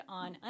on